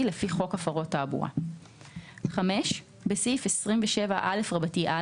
לפי חוק הפרות תעבורה."; (5)בסעיף 27א(א),